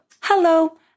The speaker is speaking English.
Hello